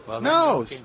no